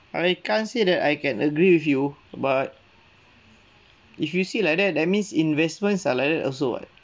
I can't say that I can agree with you but if you say like that that means investments are like that also [what]